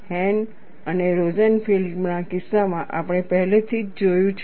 હેન અને રોઝનફિલ્ડ ના કિસ્સામાં આપણે પહેલેથી જ જોયું છે